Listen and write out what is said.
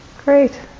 Great